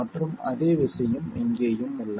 மற்றும் அதே விஷயம் இங்கேயும் உள்ளது